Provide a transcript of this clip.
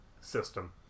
system